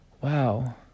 wow